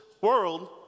world